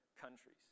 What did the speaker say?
countries